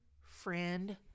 friend